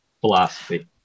philosophy